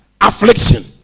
Affliction